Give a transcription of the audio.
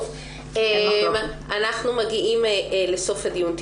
אנחנו מגיעים לסוף הדיון.